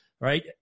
Right